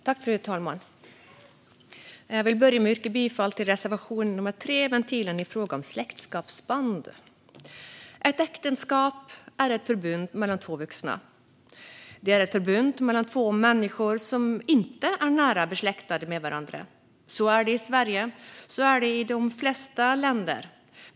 Fru talman! Jag vill börja med att yrka bifall till reservation nummer 3 om ventilen i fråga om släktskapsband. Ett äktenskap är ett förbund mellan två vuxna. Det är ett förbund mellan två människor som inte är nära besläktade med varandra. Så är det i Sverige och i de flesta länder.